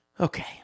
Okay